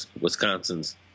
Wisconsin's